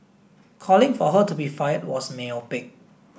calling for her to be fired was myopic